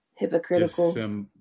hypocritical